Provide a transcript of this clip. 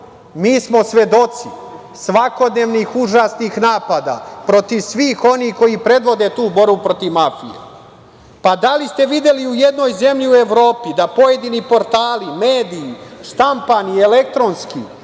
mi smo svedoci svakodnevnih užasnih napada protiv svih onih koji predvode tu borbu protiv mafije. Da li ste videli u jednoj zemlji u Evropi da pojedini portali, mediji, štampani i elektronski